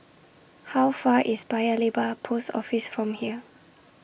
How Far IS Paya Lebar Post Office from here